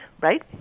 right